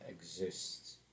exists